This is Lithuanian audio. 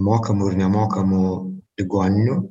mokamų ir nemokamų ligoninių